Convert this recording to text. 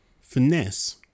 Finesse